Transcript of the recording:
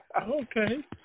Okay